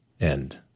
end